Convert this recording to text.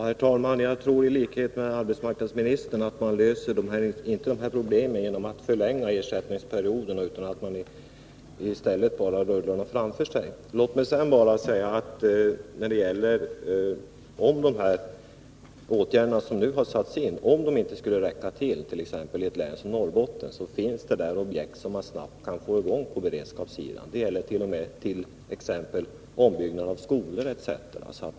Herr talman! Jag tror i likhet med arbetsmarknadsministern att man inte löser de här problemen genom att förlänga ersättningsperioden, utan att man i stället bara rullar dem framför sig. Låt mig sedan säga att om de åtgärder som nu har satts in inte skulle räcka till, exempelvis i ett län som Norrbotten, finns det objekt för beredskapsarbeten som snabbt kan sättas i gång. Det gäller bl.a. ombyggnad av skolor.